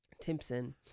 Timpson